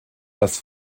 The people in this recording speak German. das